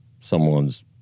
someone's